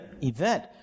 event